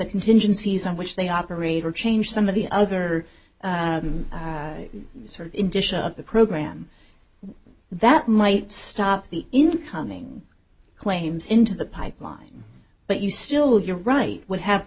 contingencies on which they operate or change some of the other sort of indicia of the program that might stop the incoming claims into the pipeline but you still if you're right would have the